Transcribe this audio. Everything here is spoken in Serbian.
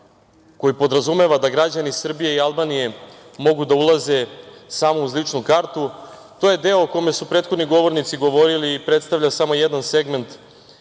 koji podrazumeva da građani Srbije i Albanije mogu da ulaze samo uz ličnu kartu to je deo o kome su prethodni govornici govorili i predstavlja samo jedan segment